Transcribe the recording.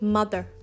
Mother